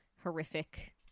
horrific